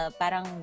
parang